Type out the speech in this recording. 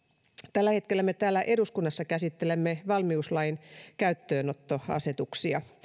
tällä hetkellä me täällä eduskunnassa käsittelemme valmiuslain käyttöönottoasetuksia